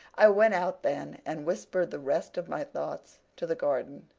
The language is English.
i went out then and whispered the rest of my thoughts to the garden.